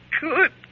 good